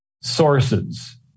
sources